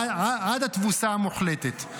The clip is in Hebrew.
עד התבוסה המוחלטת.